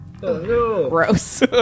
Gross